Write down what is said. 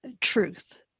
truth